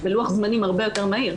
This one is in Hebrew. בלוח זמנים הרבה יותר מהיר.